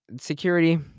security